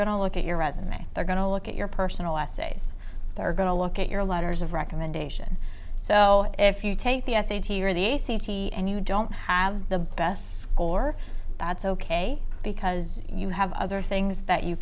to look at your resume they're going to look at your personal essays they're going to look at your letters of recommendation so if you take the s a t s or the a c t and you don't have the best score that's ok because you have other things that you